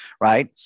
Right